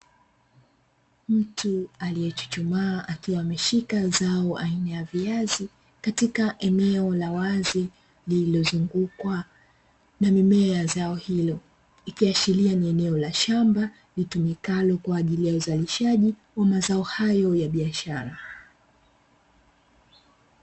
Mtu aliyechuchumaa akiwa ameshika zao aina ya viazi, katika eneo la wazi lililozungukwa na mimea ya zao hilo, ikiashiria ni eneo la shamba litumikalo kwa ajili ya uzalishaji wa mazao hayo ya biashara.